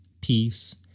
peace